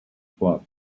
club